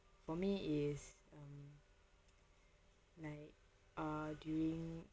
for me it's um like ah during